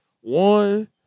One